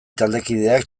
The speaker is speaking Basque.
taldekideak